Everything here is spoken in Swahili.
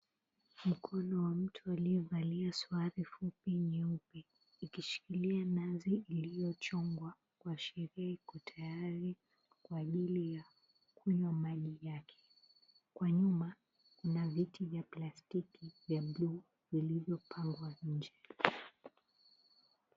Mkono wa mtu aliyevalia suruali fupi nyeupe ikishikilia nazi iliyochongwa kuashiria iko tayari kwa ajili ya kunywa maji yake. Kwa nyuma kuna viti vya plastiki ya buluu yaliyopangwa nje.